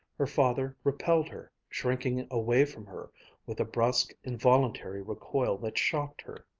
her father repelled her, shrinking away from her with a brusque, involuntary recoil that shocked her,